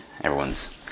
everyone's